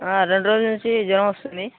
రెండు రోజుల నుంచి జ్వరం వస్తుంది